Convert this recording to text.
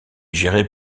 géré